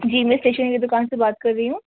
جی میں اسٹیشنری دوکان سے بات کر رہی ہوں